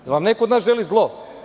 Jel vam neko od nas želi zlo?